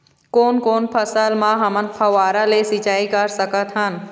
कोन कोन फसल म हमन फव्वारा ले सिचाई कर सकत हन?